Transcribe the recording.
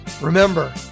Remember